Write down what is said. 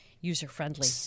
user-friendly